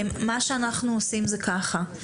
מה שאנחנו עושים זה ככה,